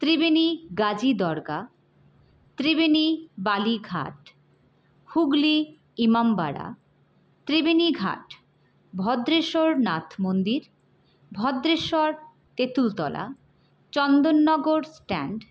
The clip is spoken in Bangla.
ত্রিবেণী গাজী দরগা ত্রিবেণী বালিঘাট হুগলি ইমামবারা ত্রিবেণী ঘাট ভদ্রেশ্বর নাথ মন্দির ভদ্রেশ্বর তেঁতুলতলা চন্দননগর স্ট্যান্ড